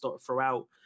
throughout